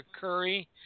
Curry